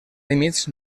límits